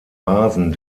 vasen